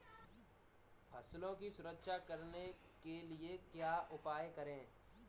फसलों की सुरक्षा करने के लिए क्या उपाय करें?